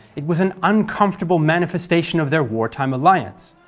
it was an uncomfortable manifestation of their wartime alliance,